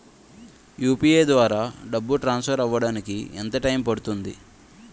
UPI ద్వారా డబ్బు transfer అవ్వడానికి ఎంత టైం పడుతుంది?